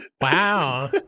Wow